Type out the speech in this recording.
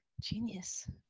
Genius